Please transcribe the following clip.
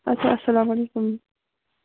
اچھا اسلامُ علیکُم